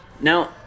Now